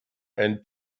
and